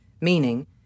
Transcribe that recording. meaning